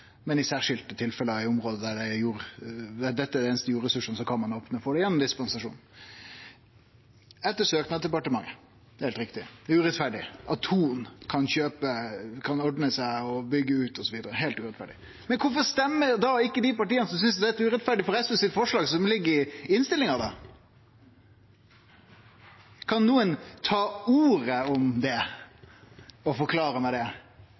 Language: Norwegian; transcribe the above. men i særskilte tilfelle i område der dette er dei einaste jordressursane, kan ein opne for det gjennom dispensasjon etter søknad til departementet. Det er heilt riktig: Det er urettferdig at Thon kan ordne seg og byggje ut, osv. – heilt urettferdig. Men kvifor stemmer da ikkje dei partia som synest dette er urettferdig, for SVs forslag som ligg i innstillinga? Kan nokon ta ordet og forklare meg det,